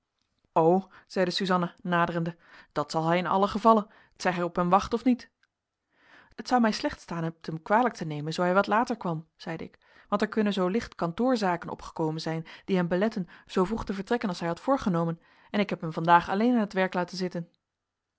o zeide suzanna naderende dat zal hij in allen gevalle t zij gij op hem wacht of niet het zou mij slecht staan het hem kwalijk te nemen zoo hij wat later kwam zeide ik want er kunnen zoo licht kantoorzaken opgekomen zijn die hem beletten zoo vroeg te vertrekken als hij had voorgenomen en ik heb hem vandaag alleen aan t werk laten zitten